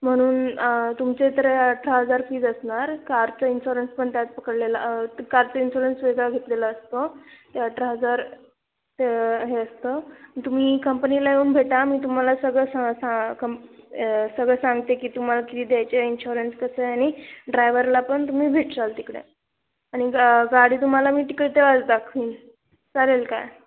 म्हणून तुमचे तर अठरा हजार फीज असणार कारचं इन्श्युरन्स पण त्यात पकडलेला कारचं इन्श्युरन्स वेगळा घेतलेला असतो ते अठरा हजार ते हे असतं तुम्ही कंपनीला येऊन भेटा मी तुम्हाला सगळं सां सां कं सगळं सांगते की तुम्हाला किती द्यायचे इन्श्युरन्स कसं आहे आणि ड्रायव्हरला पण तुम्ही भेटाल तिकडे आणि गा गाडी तुम्हाला मी तिकडे तेव्हाच दाखवीन चालेल काय